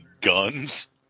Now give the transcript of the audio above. guns